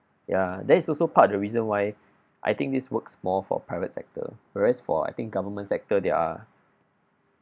ya that is also part of the reason why I think this works more for private sector whereas for I think government sector they are